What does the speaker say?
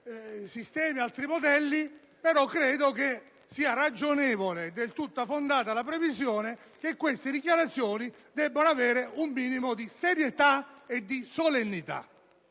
esistono anche altri modelli. Credo sia ragionevole e del tutto fondata la previsione che queste dichiarazioni debbano avere un minimo di serietà e di solennità.